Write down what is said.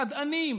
ידענים,